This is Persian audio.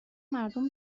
مردم